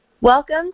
Welcome